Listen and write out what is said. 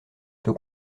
peut